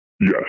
Yes